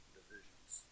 divisions